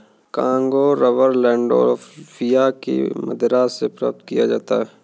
Congo rubber Landolphia की मदिरा से प्राप्त किया जाता है